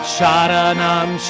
Sharanam